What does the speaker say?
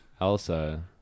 Elsa